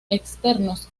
externos